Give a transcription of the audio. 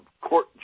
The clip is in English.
court